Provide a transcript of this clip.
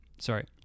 Sorry